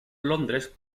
londres